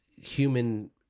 human